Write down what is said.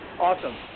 Awesome